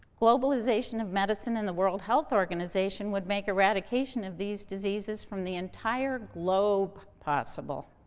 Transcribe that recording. globalization of medicine in the world health organization would make eradication of these diseases from the entire globe possible.